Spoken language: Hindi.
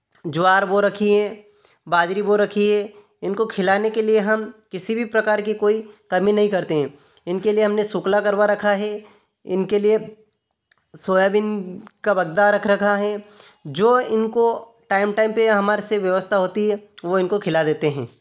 ज्वार बो रखी है बाजरी बो रखी है इनको खिलाने के लिए हम किसी भी प्रकार की कोई कमी नहीं करते हैं इनके लिए हमने सुक्ला करवा रखा है इनके लिए सोयाबीन का बगदा रख रखा है जो इनको टाइम टाइम पर हमारे से व्यवस्था होती है वे इनको खिला देते हैं